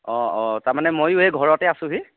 অ অ তাৰমানে মইও এই ঘৰতে আছোঁহি